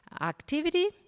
activity